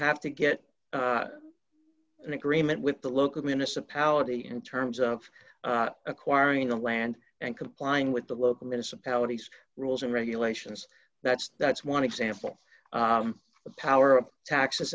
have to get an agreement with the local municipality in terms of acquiring the land and complying with the local municipalities rules and regulations that's that's one example the power of